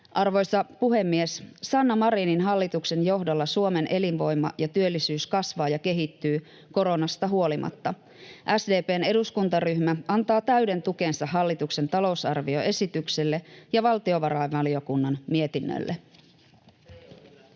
Arvoisa puhemies! Sanna Marinin hallituksen johdolla Suomen elinvoima ja työllisyys kasvaa ja kehittyy, koronasta huolimatta. SDP:n eduskuntaryhmä antaa täyden tukensa hallituksen talousarvioesitykselle ja valtiovarainvaliokunnan mietinnölle.